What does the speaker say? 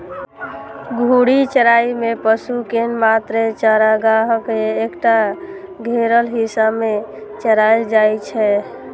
घूर्णी चराइ मे पशु कें मात्र चारागाहक एकटा घेरल हिस्सा मे चराएल जाइ छै